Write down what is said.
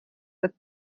with